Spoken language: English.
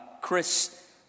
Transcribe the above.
Chris